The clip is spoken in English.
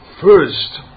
first